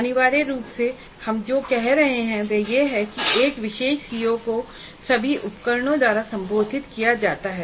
अनिवार्य रूप से हम जो कह रहे हैं वह यह है कि एक विशेष सीओ को सभी उपकरणों द्वारा संबोधित किया जाता है